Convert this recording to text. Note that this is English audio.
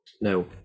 No